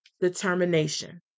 determination